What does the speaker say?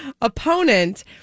opponent